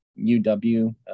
UW